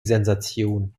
sensation